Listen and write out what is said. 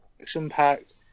action-packed